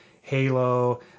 Halo